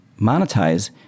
monetize